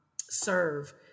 serve